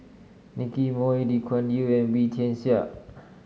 Nicky Moey Lee Kuan Yew and Wee Tian Siak